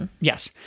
Yes